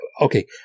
okay